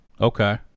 Okay